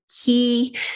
key